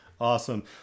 Awesome